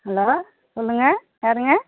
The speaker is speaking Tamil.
ஹலோ சொல்லுங்கள் யாருங்க